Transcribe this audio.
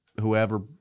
whoever –